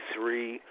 Three